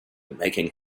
making